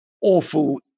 awful